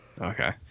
Okay